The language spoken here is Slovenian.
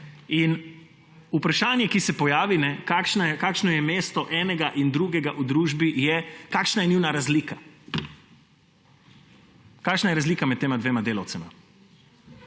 Vprašanje, ki se pojavi: kakšno je mesto enega in drugega v družbi, kakšna je njuna razlika? Kakšna je razlika med tema dvema delavcema?